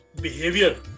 behavior